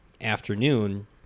afternoon